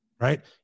right